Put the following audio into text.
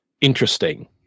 interesting